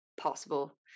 possible